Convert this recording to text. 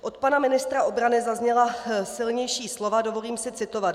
Od pana ministra obrany zazněla silnější slova dovolím si citovat: